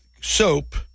soap